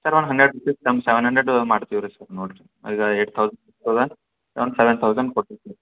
sir ಒಂದು hundred rupees ಕಮ್ಮಿ seven hundred ಮಾಡ್ತಿವಿ ರೀ ಸರ್ ನೋಡಿರಿ ಈಗ ಏಟ್ ತೌಸಂಡ್ ಇರ್ತದೆ ಒಂದು ಸೆವೆನ್ ತೌಸಂಡ್ ಕೊಡಿರಿ